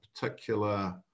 particular